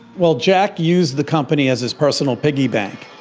well, jack used the company as his personal piggy bank.